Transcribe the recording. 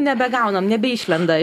nebegaunam nebeišlenda